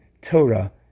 Torah